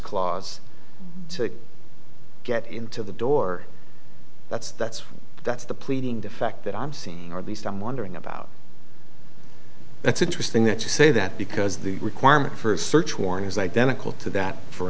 clause to get into the door that's that's that's the pleading defect that i'm seeing or at least i'm wondering about it's interesting that you say that because the requirement for a search warrant is identical to that for